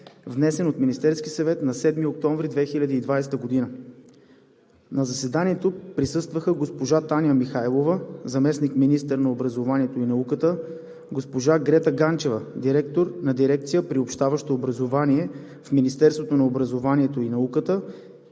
внесен от Министерския съвет на 7 октомври 2020 г. На заседанието присъстваха госпожа Таня Михайлова – заместник-министър на образованието и науката, госпожа Грета Ганчева – директор на дирекция „Приобщаващо образование“ в Министерството на образованието и науката,